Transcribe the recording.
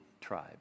tribe